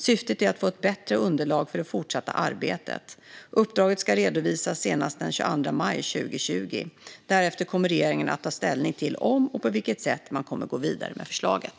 Syftet är att få ett bättre underlag för det fortsatta arbetet. Uppdraget ska redovisas senast den 22 maj 2020. Därefter kommer regeringen att ta ställning till om och på vilket sätt man kommer att gå vidare med förslaget.